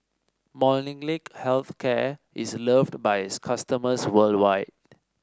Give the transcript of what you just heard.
Molnylcke Health Care is loved by its customers worldwide